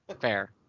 Fair